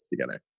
together